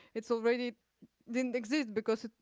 it's already didn't exist, because